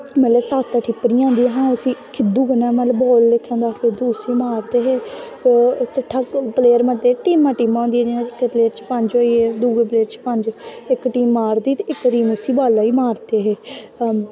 मतलव सत्त ठिप्परियां होंदियां हां उसी खिद्दू बनाना बाल रक्खे दा होंदा हा खिद्दू उसी मारदे हे ते प्लेयर बनदे हे टीमां टीमां होंदियां हां जियां इक प्लेयर च पंज होईये दुऐ च पंज इक टीम मारदी ते इक टीम उसी बाला गी मारदी ही